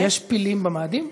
יש פילים במאדים?